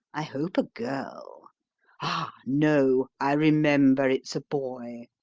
i hope a girl ah, no, i remember it's boy!